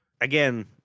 again